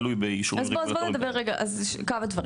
אז בוא נדבר רגע על כמה דברים.